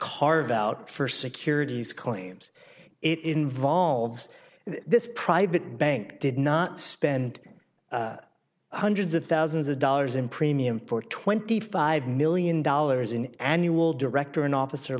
carve out for securities claims it involves this private bank did not spend hundreds of thousands of dollars in premium for twenty five million dollars in annual director and officer